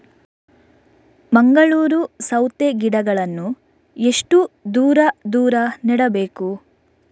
ಮಂಗಳೂರು ಸೌತೆ ಗಿಡಗಳನ್ನು ಎಷ್ಟು ದೂರ ದೂರ ನೆಡಬೇಕು?